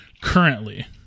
currently